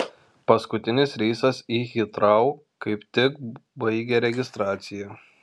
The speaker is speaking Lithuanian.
paskutinis reisas į hitrou kaip tik baigė registraciją